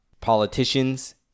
politicians